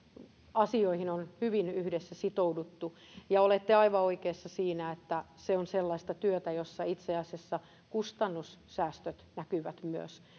asioihin on hyvin yhdessä sitouduttu ja olette aivan oikeassa siinä että se on sellaista työtä jossa itse asiassa kustannussäästöt näkyvät myös